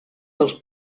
dels